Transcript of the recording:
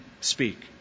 speak